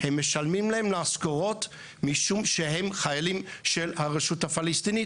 משלמים מזכורות משום שהם חיילים של הרשות הפלסטינית,